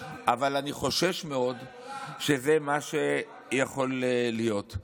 אבל אני חושש מאוד שזה מה שיכול להיות.